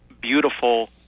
beautiful